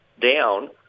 down